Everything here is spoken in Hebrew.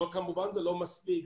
אבל זה כמובן לא מספיק,